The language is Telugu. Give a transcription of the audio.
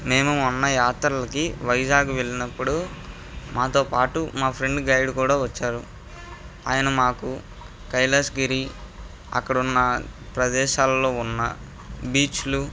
మేము మొన్న యాత్రలకి వైజాగ్ వెళ్ళినప్పుడు మాతో పాటు మా ఫ్రెండ్ గైడ్ కూడా వచ్చారు ఆయన మాకు కైలాసగిరి అక్కడ ఉన్న ప్రదేశాలలో ఉన్న బీచ్లు